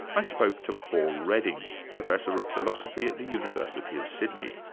i spoke to paul redding, professor of philosophy at the university of sydney.